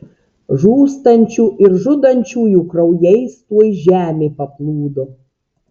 žūstančių ir žudančiųjų kraujais tuoj žemė paplūdo